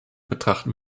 betrachten